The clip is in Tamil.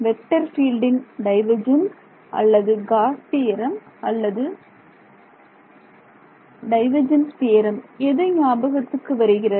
வெக்டர் பீல்டின் டைவர்ஜென்ஸ் அல்லது காஸ் தியரம் Gauss's theorem அல்லது டைவர்ஜென்ஸ் தியரம் எது ஞாபகத்துக்கு வருகிறது